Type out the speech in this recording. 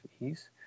ease